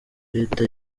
leta